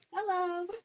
Hello